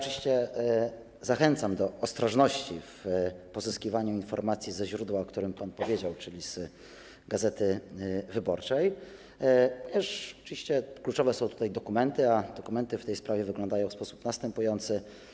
Zachęcam do ostrożności w pozyskiwaniu informacji ze źródła, o którym pan powiedział, czyli z „Gazety Wyborczej”, gdyż oczywiście kluczowe są dokumenty, a dokumenty w tej sprawie wyglądają w sposób następujący.